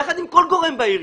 יחד עם כל גורם בעיר,